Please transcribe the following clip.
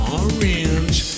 orange